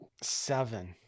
Seven